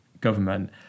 government